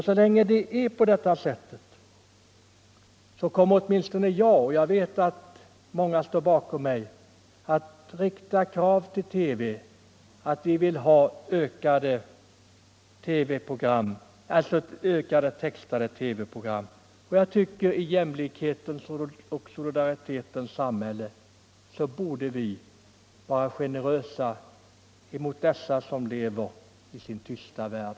Så länge det är på detta sätt kommer åtminstone jag — och jag vet att många står bakom mig — att rikta krav till TV på fler textade program. Jag tycker att man i jämlikhetens och solidaritetens samhälle borde vara generös mot dem som lever i sin tysta värld.